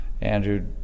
Andrew